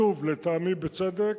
שוב, לטעמי בצדק,